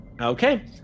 Okay